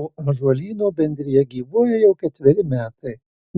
o ąžuolyno bendrija gyvuoja jau ketveri metai